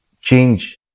change